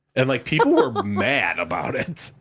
and, like, people were mad about it.